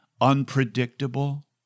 unpredictable